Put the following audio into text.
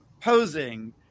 posing